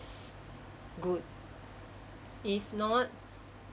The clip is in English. good if not